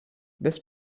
this